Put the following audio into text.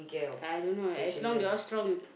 I don't know as long you all strong